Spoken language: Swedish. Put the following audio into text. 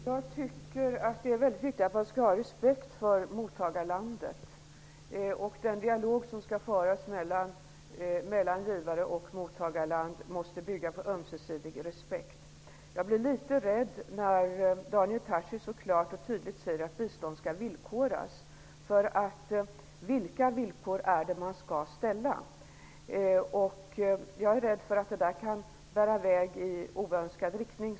Herr talman! Det är viktigt att ha respekt för mottagarlandet. Den dialog som skall föras mellan givare och mottagarland måste bygga på ömsesidig respekt. Jag blir litet rädd när Daniel Tarschys så klart och tydligt säger att bistånd skall villkoras. Vilka villkor är det man skall ställa? Jag är rädd att detta kan bära i väg i oönskad riktning.